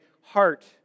heart